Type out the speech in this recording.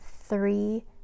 three